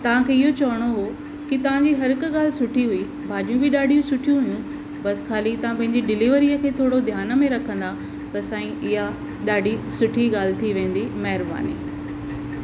तव्हांखे इहो चवणो हुओ कि तव्हांजी हर हिकु ॻाल्हि सुठी हुई भाॼियूं बि ॾाढी सुठी हुयूं बसि ख़ाली तव्हां पंहिंजी डिलीवरीअ खे थोरो ध्यान में रखंदा त सांई इहा ॾाढी सुठी ॻाल्हि थी वेंदी महिरबानी